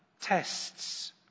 tests